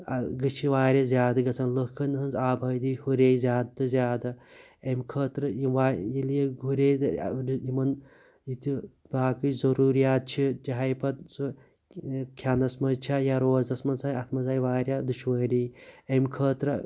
گٔے چھِ وارِیاہ زیادٕ گَژھان لُکَن ہنٛز آبٲدی ہُرے زیادٕ تہٕ زیادٕ امہِ خٲطرٕ یِم ییٚلہِ یہِ ہُرے یِمَن ییٚتہِ باقٕے ضرورِیات چھ چاہے پَتہِ سُہ کھیٚنَس منٛز چھا یا روزَس منٛز اَتھ منٛز آیہِ وارِیاہ دُشوٲری امہِ خٲطرٕ